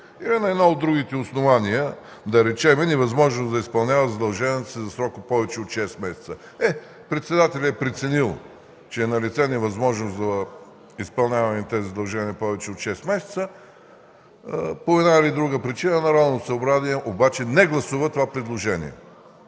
Имаме едно от другите основания, да речем, невъзможност да изпълнява задълженията си за срок повече от шест месеца. Е, председателят е преценил, че е налице невъзможност за изпълняване на тези задължения повече от шест месеца, по една или друга причина Народното събрание обаче не гласува това предложение.